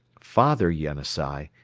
father yenisei,